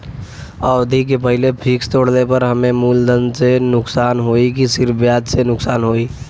अवधि के पहिले फिक्स तोड़ले पर हम्मे मुलधन से नुकसान होयी की सिर्फ ब्याज से नुकसान होयी?